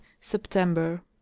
September